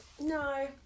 no